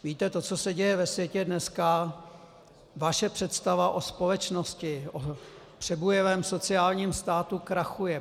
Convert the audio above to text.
Víte, to, co se děje ve světě dneska, vaše představa o společnosti, o přebujelém sociálním státu krachuje.